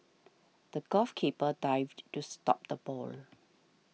the golf keeper dived to stop the ball